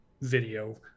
video